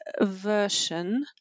version